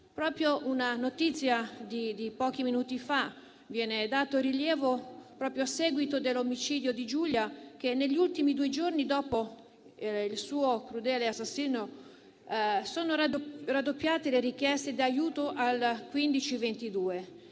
2021. Una notizia di pochi minuti fa dà rilievo al fatto che, proprio a seguito dell'omicidio di Giulia, negli ultimi due giorni, dopo il suo crudele assassinio, sono raddoppiate le richieste di aiuto al